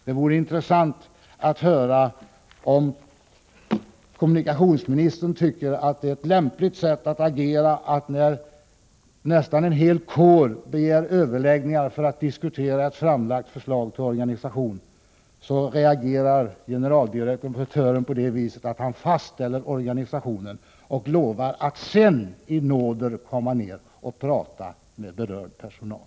Det vore intressant att höra om kommunikationsministern tycker att det är lämpligt av generaldirektören, när nästan en hel kår begär överläggningar för att diskutera ett framlagt förslag till organisation, att reagera på det sättet att han fastställer organisationen och lovar att senare i nåder komma och prata med berörd personal.